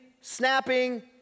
snapping